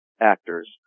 actors